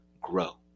grow